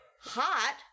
hot